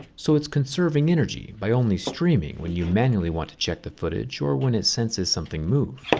so it's conserving energy by only streaming when you manually want to check the footage or when it senses something move.